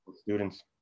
Students